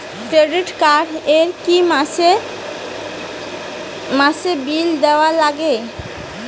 Credit card এ কি মাসে মাসে বিল দেওয়ার লাগে?